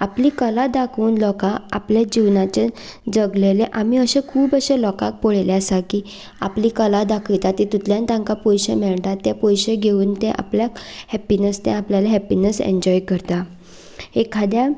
आपली कला दाखोवन लोकांक आपले जिवनाचें जगिल्लें आमीं अशें खूब अशे लोकांक पळयिल्ले आसा की आपली कला दाखयतात तातूंतल्यान तांकां पयशे मेळटात ते पयशे घेवन ते आपल्याक हॅप्पिनस ते आपल्याचें हॅप्पिनस इंजोय करता एकाद्या